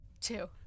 Two